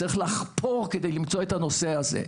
צריך לחפור כדי למצוא את הנושא הזה.